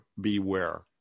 beware